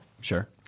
sure